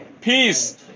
peace